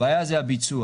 הבעיה זה הביצוע.